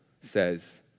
says